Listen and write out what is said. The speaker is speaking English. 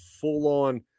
full-on